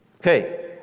Okay